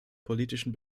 politischen